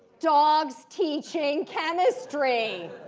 dogs teaching chemistry.